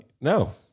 No